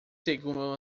seguram